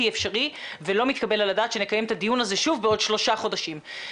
אפשרי ולא מתקבל על הדעת שנקיים את הדיון שוב בעוד שלושה חודשים.